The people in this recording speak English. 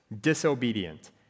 disobedient